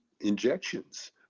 injections